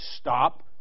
stop